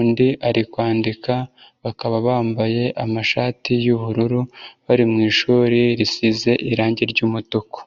undi ari kwandika, bakaba bambaye amashati y'ubururu bari mu ishuri risize irange ry'umutuku.